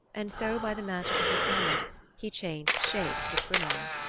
and so by the magic of his helmet he changed shapes with gunnar.